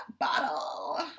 bottle